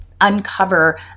uncover